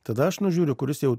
tada aš nužiūriu kuris jau